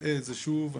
אראה את זה שוב.